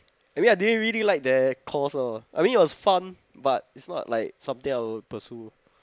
maybe I didn't really that course lah I mean it was fun but it's not like something I would pursue